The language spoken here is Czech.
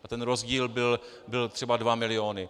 A ten rozdíl byl třeba dva miliony.